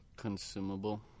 Consumable